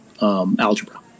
algebra